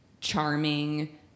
charming